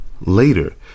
Later